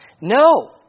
No